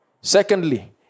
Secondly